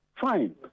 fine